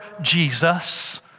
Jesus